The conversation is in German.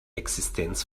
existenz